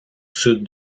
sud